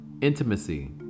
intimacy